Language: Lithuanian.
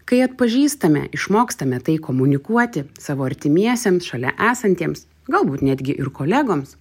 kai atpažįstame išmokstame tai komunikuoti savo artimiesiems šalia esantiems galbūt netgi ir kolegoms